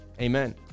Amen